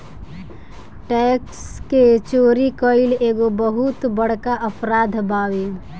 tax के चोरी कईल एगो बहुत बड़का अपराध बावे